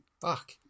Fuck